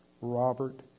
Robert